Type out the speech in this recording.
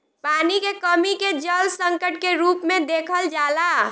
पानी के कमी के जल संकट के रूप में देखल जाला